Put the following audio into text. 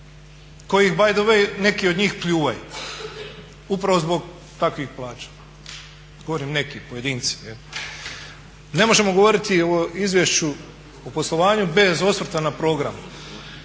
…/Govornik se ne razumije./… upravo zbog takvih plaća. Govorim neki, pojedinci. Ne možemo govoriti o izvješću o poslovanju bez osvrta na program.